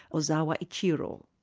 ozawa ichiro.